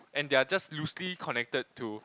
and they are just loosely connected to